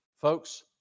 Folks